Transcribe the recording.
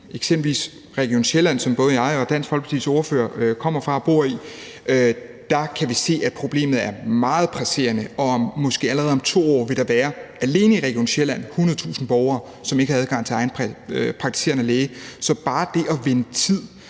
Eksempelvis i Region Sjælland, som både jeg og Dansk Folkepartis ordfører kommer fra og bor i, kan vi se, at problemet er meget presserende, og måske allerede om 2 år vil der alene i Region Sjælland være 100.000 borgere, som ikke har adgang til egen praktiserende læge. Så bare det at vinde tid